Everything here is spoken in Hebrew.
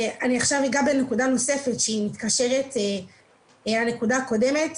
אני עכשיו אגע בנקודה נוספת שהיא מתקשרת לנקודה הקודמת.